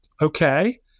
okay